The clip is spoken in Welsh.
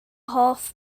hoff